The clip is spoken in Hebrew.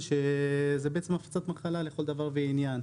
וזה בעצם הפצת מחלה לכל דבר ועניין.